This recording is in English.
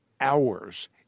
hours